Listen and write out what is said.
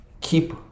Keep